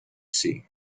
see